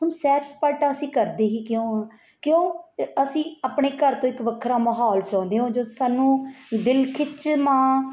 ਹੁਣ ਸੈਰ ਸਪਾਟਾ ਅਸੀਂ ਕਰਦੇ ਹੀ ਕਿਉਂ ਹਾਂ ਕਿਉਂ ਅਸੀਂ ਆਪਣੇ ਘਰ ਤੋਂ ਇੱਕ ਵੱਖਰਾ ਮਾਹੌਲ ਚਾਹੁੰਦੇ ਹਾਂ ਜੋ ਸਾਨੂੰ ਦਿਲ ਖਿਚਵਾਂ